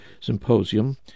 symposium